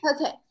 Okay